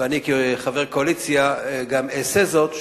ואני כחבר קואליציה גם אעשה זאת,